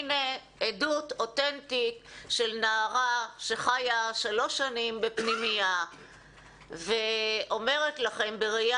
הנה עדות אותנטית של נערה שחיה שלוש שנים בפנימייה ואומרת לכם בראיה